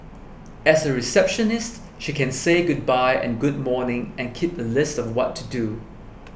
as a receptionist she can say goodbye and good morning and keep a list of what to do